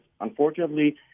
unfortunately